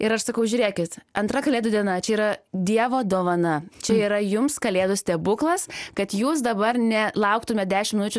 ir aš sakau žiūrėkit antra kalėdų diena čia yra dievo dovana čia yra jums kalėdų stebuklas kad jūs dabar ne lauktumėt dešim minučių